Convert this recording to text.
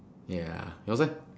ya yours eh